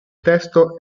testo